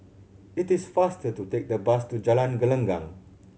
it is faster to take the bus to Jalan Gelenggang